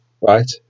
Right